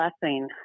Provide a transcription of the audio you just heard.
blessing